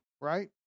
right